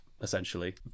essentially